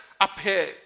appear